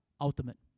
ultimate